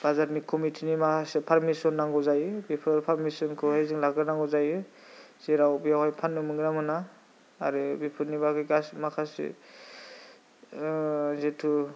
बाजारनि कमिटिनि माखासे पारमिसन नांगौ जायो बेफोर पारमिसनखौ जोङो लाग्रोनांगौ जायो जेराव बेवहाय फाननो मोनगोन ना मोना आरो बेफारनि बागै माखासे जितु